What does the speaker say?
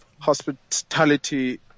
hospitality